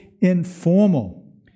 informal